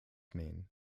mean